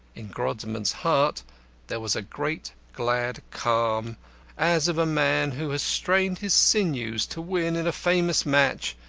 in grodman's heart there was a great, glad calm as of a man who has strained his sinews to win in a famous match,